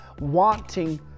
wanting